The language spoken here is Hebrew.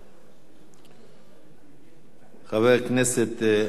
חבר הכנסת אופיר אקוניס, בבקשה.